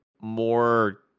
more